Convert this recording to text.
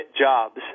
jobs